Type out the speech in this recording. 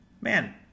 Man